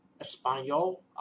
Espanol